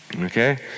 okay